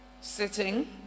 sitting